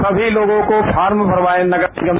सभी लोगों को फार्म भरवाए नगर निगम